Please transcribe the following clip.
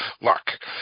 luck